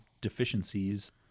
deficiencies